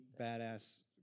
badass